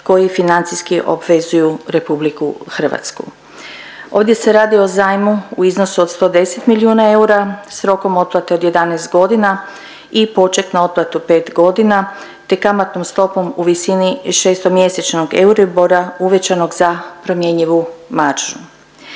koji financijski obvezuju RH. Ovdje se radi o zajmu u iznosu od 110 milijuna eura s rokom otplate od 11 godina i poček na otplatu 5 godina te kamatnom stopom u visine šestomjesečnog EURIBOR-a uvećanog za promjenjivu maržu.